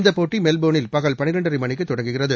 இந்தப் போட்டி மெல்போனில் பகல் பன்னிரண்டரை மணிக்குத் தொடங்குகிறது